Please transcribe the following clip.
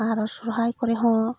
ᱟᱨᱚ ᱥᱚᱦᱨᱟᱭ ᱠᱚᱨᱮ ᱦᱚᱸ